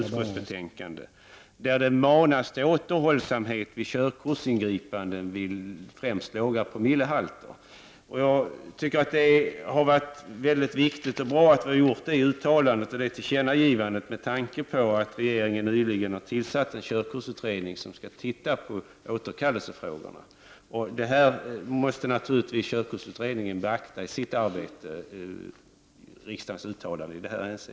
Det manas där till återhållsamhet vid körkortsingripanden, främst vid låga promillehalter. Det är viktigt och bra att vi har gjort detta uttalande och detta tillkännagivande med tanke på att regeringen nyligen har tillsatt en körkortsutredning som skall se över frågan om återkallelse av körkort. Körkortsutredningen måste naturligtvis i sitt arbete beakta riksdagens uttalande i detta hänseende.